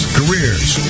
careers